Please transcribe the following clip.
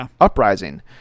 Uprising